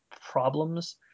problems